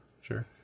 sure